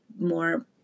more